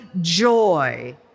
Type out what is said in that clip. joy